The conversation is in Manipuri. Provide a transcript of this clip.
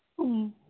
ꯎꯝ